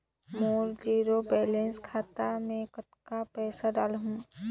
मोर zero balance खाता मे कतना पइसा डाल हूं?